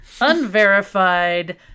unverified